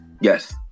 yes